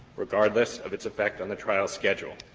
regardless of its effect on the trial schedule.